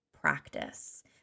practice